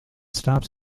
stops